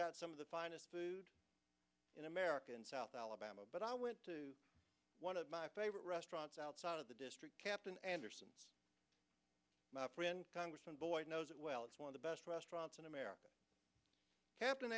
got some of the finest food in america in south alabama but i went to one of my favorite restaurants outside of the district captain anderson my friend congressman boyd knows it well it's one of the best restaurants in america hap